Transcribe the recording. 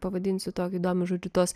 pavadinsiu tokiu įdomiu žodžiu tos